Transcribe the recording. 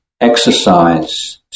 exercise